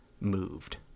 moved